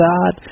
God